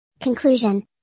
Conclusion